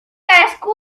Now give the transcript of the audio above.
cadascú